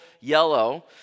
yellow